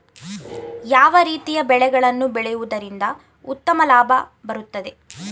ಯಾವ ರೀತಿಯ ಬೆಳೆಗಳನ್ನು ಬೆಳೆಯುವುದರಿಂದ ಉತ್ತಮ ಲಾಭ ಬರುತ್ತದೆ?